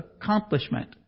accomplishment